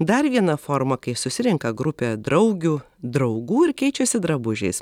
dar viena forma kai susirenka grupė draugių draugų ir keičiasi drabužiais